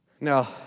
Now